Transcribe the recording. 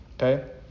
Okay